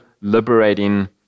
liberating